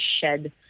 shed